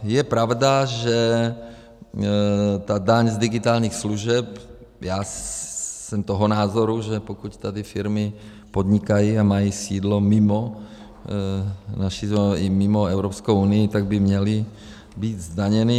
Je pravda, že ta daň z digitálních služeb, já jsem toho názoru, že pokud tady firmy podnikají a mají sídlo mimo Evropskou unii, tak by měly být zdaněny.